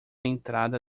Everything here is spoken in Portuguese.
entrada